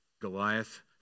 Goliath